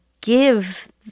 give